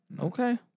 Okay